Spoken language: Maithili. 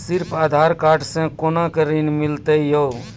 सिर्फ आधार कार्ड से कोना के ऋण मिलते यो?